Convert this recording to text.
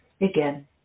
again